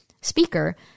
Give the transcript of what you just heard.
speaker